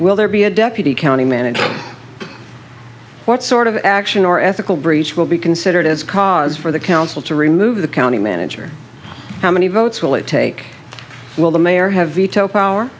will there be a deputy county manager what sort of action or ethical breach will be considered as cause for the council to remove the county manager how many votes will it take will the mayor have veto power